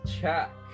check